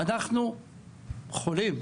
אנחנו חולים.